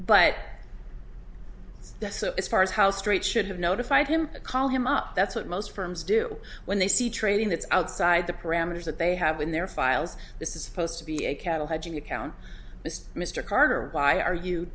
but that's so as far as how straight should have notified him to call him up that's what most firms do when they see trading that's outside the parameters that they have in their files this is supposed to be a cattle hedge and you count mr carter why are you